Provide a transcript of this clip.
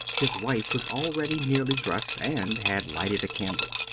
his wife was already nearly dressed, and had lighted a candle.